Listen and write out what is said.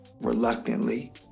Reluctantly